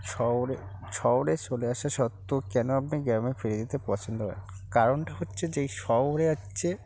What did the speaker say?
শহরে শহরে চলে আসা সত্ত্বেও কেন আপনি গ্রামে ফিরে যেতে পছন্দ করেন কারণটা হচ্ছে যে এই শহরে হচ্ছে